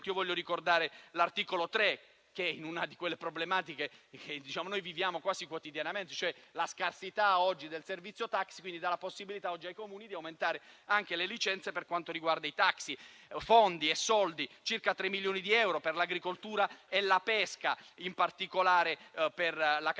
Voglio ricordare l'articolo 3, che riguarda una problematica che noi viviamo quasi quotidianamente: la scarsità del servizio taxi. Esso dà la possibilità ai Comuni di aumentare le licenze per quanto riguarda i taxi. Vengono stanziati circa 3 milioni di euro per l'agricoltura e la pesca, in particolare per la cattura del